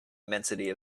immensity